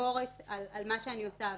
הביקורת על מה שאני עושה.